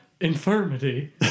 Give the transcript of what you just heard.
infirmity